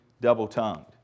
double-tongued